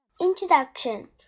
Introduction